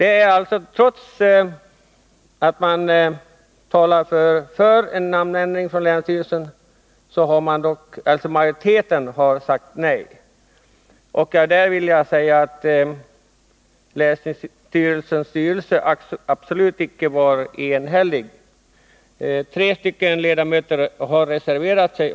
Trots att länsstyrelsen talar för en namnändring i skrivelsen har alltså majoriteten sagt nej till en sådan. Men jag vill påpeka att länsstyrelsens styrelse absolut inte var enhällig. Tre ledamöter har reserverat sig.